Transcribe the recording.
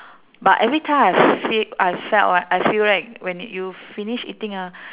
but every time I feel I felt right I feel right when you finish eating ah